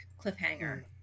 cliffhanger